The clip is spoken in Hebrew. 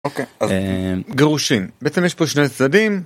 אוקיי, אז גרושים. בעצם יש פה שני צדדים.